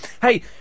Hey